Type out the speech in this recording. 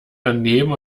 daneben